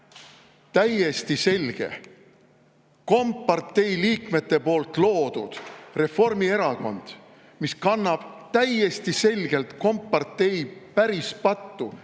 täiesti selgelt kompartei liikmete loodud Reformierakond, mis kannab täiesti selgelt kompartei pärispattu